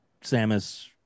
Samus